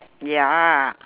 ya